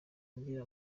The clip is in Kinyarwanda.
ngira